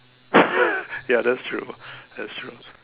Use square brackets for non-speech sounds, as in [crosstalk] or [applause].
[laughs] ya that's true that's true